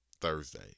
Thursday